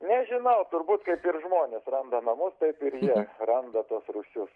nežinau turbūt ir žmonės randa namus taip ir jie randa tuos rūsius